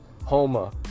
Homa